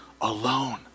alone